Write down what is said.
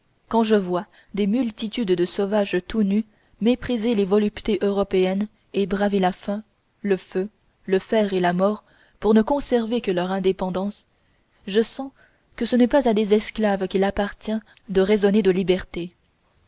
quand je vois des multitudes de sauvages tout nus mépriser les voluptés européennes et braver la faim le feu le fer et la mort pour ne conserver que leur indépendance je sens que ce n'est pas à des esclaves qu'il appartient de raisonner de liberté